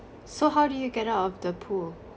so how did you get out of the pool